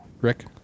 Rick